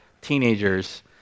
teenagers